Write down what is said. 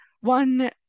One